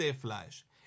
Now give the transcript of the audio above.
Fleisch